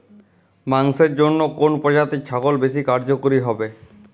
মাংসের জন্য কোন প্রজাতির ছাগল বেশি কার্যকরী হবে?